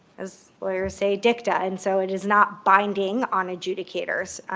as lawyers say, dicta, and so it is not binding on adjudicators.